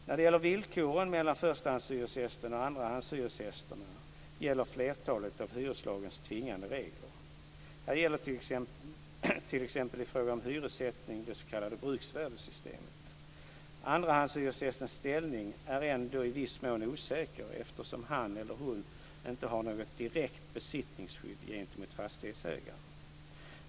När det gäller villkoren mellan förstahandshyresgästen och andrahandshyresgästerna gäller flertalet av hyreslagens tvingande regler. Här gäller t.ex., i fråga om hyressättning, det s.k. bruksvärdessystemet. Andrahandshyresgästens ställning är ändå i viss mån osäker, eftersom han eller hon inte har något direkt besittningsskydd gentemot fastighetsägaren.